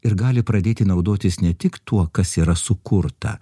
ir gali pradėti naudotis ne tik tuo kas yra sukurta